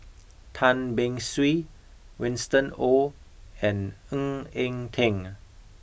Tan Beng Swee Winston Oh and Ng Eng Teng